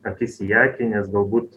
akis į akį nes galbūt